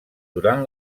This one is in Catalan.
durant